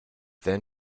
then